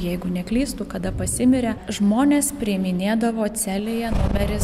jeigu neklystu kada pasimirė žmones priiminėdavo celėje numeris